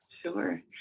Sure